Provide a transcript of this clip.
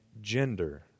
gender